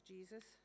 Jesus